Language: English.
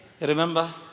Remember